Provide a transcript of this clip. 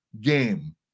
game